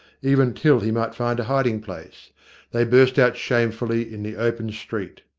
even till he might find a hiding-place they burst out shamefully in the open street.